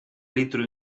litro